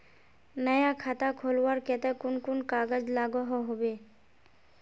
नया खाता खोलवार केते कुन कुन कागज लागोहो होबे?